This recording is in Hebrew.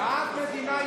בעד בעד מדינה יהודית.